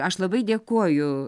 aš labai dėkoju